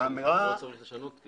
השנה הזו